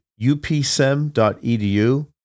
upsem.edu